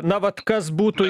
na vat kas būtų